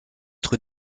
d’être